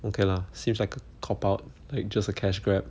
okay lah seems like a cop out like just a cash grab